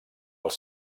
els